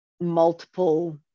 multiple